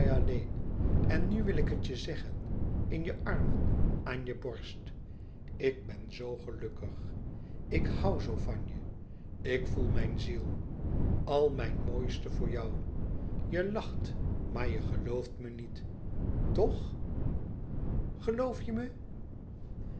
en nu wil ik het je zeggen in je armen aan je borst ik ben zoo gelukkig ih hoû zoo van jou ik voel mijn ziel al mijn mooiste voor jou je lacht maar je gelooft me niet toch geloof je me